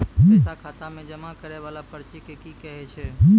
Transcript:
पैसा खाता मे जमा करैय वाला पर्ची के की कहेय छै?